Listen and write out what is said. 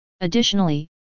Additionally